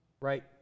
Right